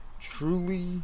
Truly